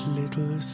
little